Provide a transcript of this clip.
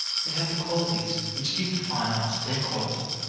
they have the qualities which give the fine arts their quality.